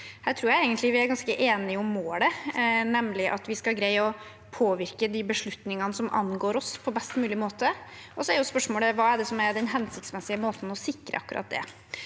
Her tror jeg vi er ganske enige om målet, nemlig at vi skal greie å påvirke de beslutningene som angår oss, på best mulig måte. Spørsmålet er hva som er den hensiktsmessige måten å sikre akkurat det